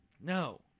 No